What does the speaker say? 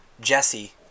Jesse